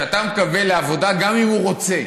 כשאתה מקבל לעבודה, גם אם הוא רוצה,